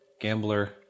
Gambler